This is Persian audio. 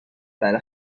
برا